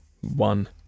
one